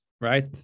right